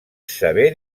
sever